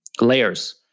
layers